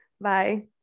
Bye